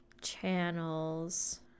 channels